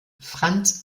franz